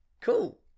cool